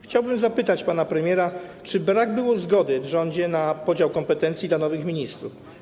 Chciałbym zapytać pana premiera: Czy brak było zgody w rządzie na podział kompetencji dla nowych ministrów?